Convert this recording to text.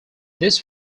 this